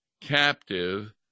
captive